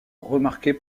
remarqué